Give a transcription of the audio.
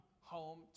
home